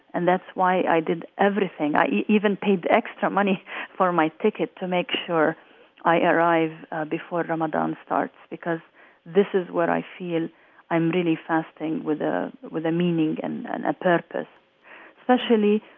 and that's why i did everything. i even paid extra money for my ticket to make sure i arrived before ramadan starts because this is where i feel i'm really fasting with ah with a meaning and a purpose especially,